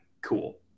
cool